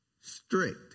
strict